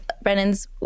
brennan's